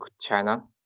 China